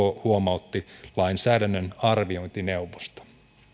huomautti lainsäädännön arviointineuvosto